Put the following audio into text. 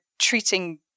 treating